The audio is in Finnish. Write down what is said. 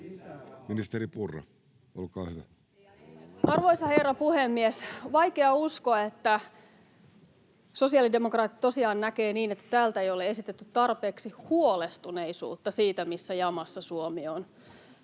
Ministeri Purra, olkaa hyvä. Arvoisa herra puhemies! Vaikea uskoa, että sosiaalidemokraatit tosiaan näkevät niin, että täältä ei ole esitetty tarpeeksi huolestuneisuutta siitä, missä jamassa Suomi on.